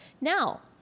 Now